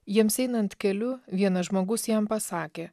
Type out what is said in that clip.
jiems einant keliu vienas žmogus jam pasakė